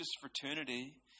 fraternity